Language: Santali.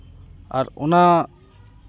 ᱟᱨ ᱚᱱᱟ